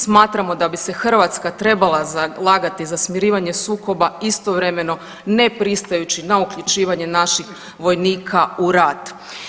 Smatramo da bi se Hrvatska trebala zalagati za smirivanje sukoba istovremeno ne pristajući na uključivanje naših vojnika u rat.